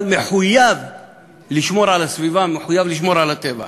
אבל מחויב לשמור על הסביבה, מחויב לשמור על הטבע,